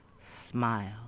Smile